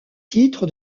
titre